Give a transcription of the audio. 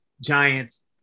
Giants